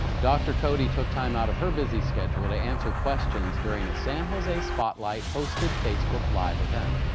dr. cody took time out of her busy schedule to answer questions during a san jose spotlight hosted facebook live event.